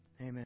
Amen